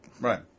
Right